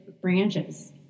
branches